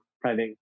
private